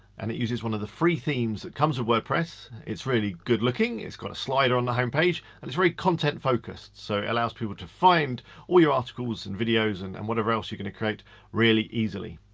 and it uses one of the free themes that comes with wordpress. it's really good-looking, it's got a slider on the home page and it's very content-focused so it allows people to find all your articles and videos and and whatever else you're gonna create really easily.